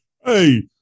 Hey